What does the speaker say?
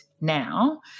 now